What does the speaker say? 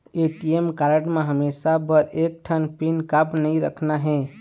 ATM card म हमेशा बर एक ठन पिन काबर नई रखना हे?